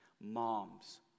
moms